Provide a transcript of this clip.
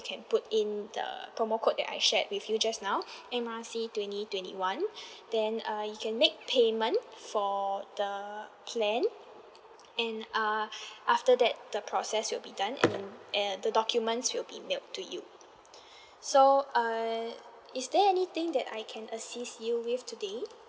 can put in the promo code that I shared with you just now M R C twenty twenty one then uh you can make payment for the plan and uh after that the process will be done and err the documents will be mailed to you so err is there anything that I can assist you with today